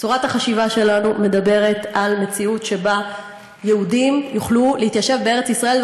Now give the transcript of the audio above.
צורת החשיבה שלנו מדברת על מציאות שבה יהודים יוכלו להתיישב בארץ-ישראל.